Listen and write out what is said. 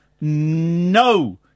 no